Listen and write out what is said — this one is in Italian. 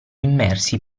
immersi